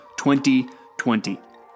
2020